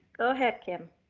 go ahead, kim.